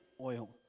oil